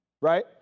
right